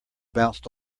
bounced